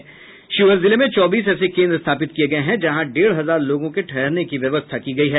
वहीं शिवहर जिले में चौबीस ऐसे केन्द्र स्थापित किये गये हैं जहां डेढ़ हजार लोगों के ठहरने की व्यवस्था की गयी है